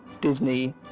Disney